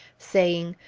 saying,